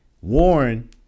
Warren